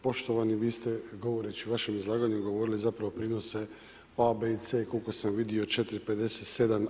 Poštovani, vi ste govoreći u vašem izlaganju govorili zapravo doprinose po A, B i C koliko sam vidio 4,57.